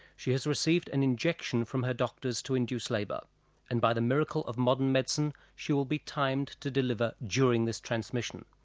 she has received an injection from her doctors to induce labour and by the miracle of modern medicine she will be timed to deliver during this transmission.